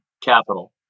capital